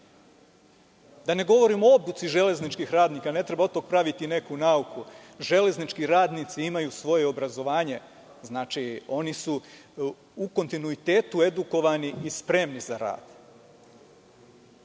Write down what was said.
Da ne govorim o obuci železničkih radnika, ne treba od tog praviti neku nauku. Železnički radnici imaju svoje obrazovanje, znači, oni su u kontinuitetu edukovani i spremni za rad. Ni